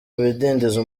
bidindiza